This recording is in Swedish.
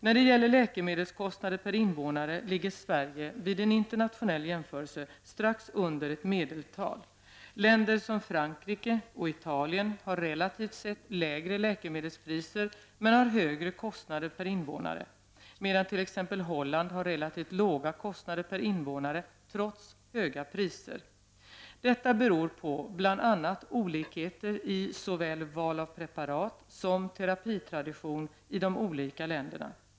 När det gäller läkemdelskostnader per invånare ligger Sverige vid en internationell jämförelse strax under ett medeltal. Länder som Frankrike och Italien har relativt sett lägre läkemedelspriser men har högre kostnader per invånare medan t.ex. Holland har relativt låga kostnader per invånare trots höga priser. Detta beror på bl.a. olikheter i såväl val av preparat som terapitradition i de olika länderna.